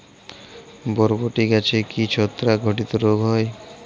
বরবটি গাছে কি ছত্রাক ঘটিত রোগ হয়?